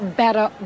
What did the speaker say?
better